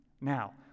Now